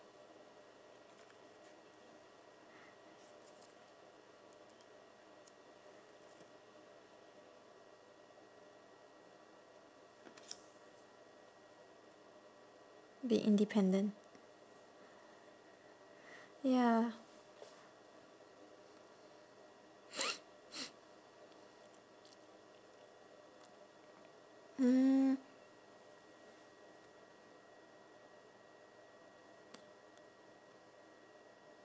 be independent ya